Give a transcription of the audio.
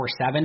24-7